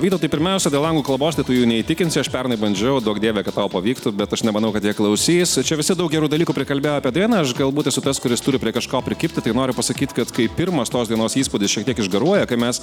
vytautai pirmiausia dėl anglų kalbos tai tu jų neįtikinsi aš pernai bandžiau duok dieve kad tau pavyktų bet aš nemanau kad jie klausys čia visi daug gerų dalykų prikalbėjo apie dainą aš galbūt esu tas kuris turi prie kažko prikibti tai noriu pasakyt kad kai pirmas tos dainos įspūdis šiek tiek išgaruoja kai mes